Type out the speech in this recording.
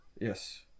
Yes